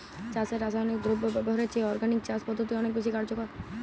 চাষে রাসায়নিক দ্রব্য ব্যবহারের চেয়ে অর্গানিক চাষ পদ্ধতি অনেক বেশি কার্যকর